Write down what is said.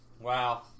Wow